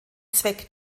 zweck